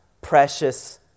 precious